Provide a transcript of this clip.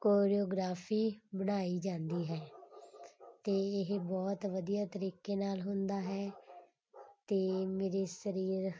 choreography ਬਣਾਈ ਜਾਂਦੀ ਹੈ ਅਤੇ ਇਹ ਬਹੁਤ ਵਧੀਆ ਤਰੀਕੇ ਨਾਲ ਹੁੰਦਾ ਹੈ ਅਤੇ ਮੇਰੇ ਸਰੀਰ